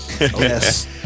yes